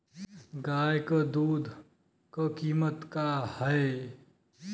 गाय क दूध क कीमत का हैं?